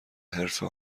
حرفه